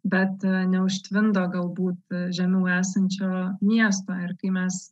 bet neužtvindo galbūt žemiau esančio miesto ir kai mes